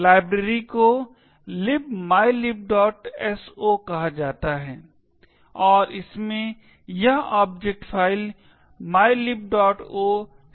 library को libmylibso कहा जाता है और इसमें यह ऑब्जेक्ट फ़ाइल mylibo शामिल है